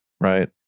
right